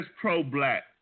pro-black